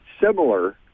similar